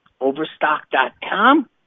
Overstock.com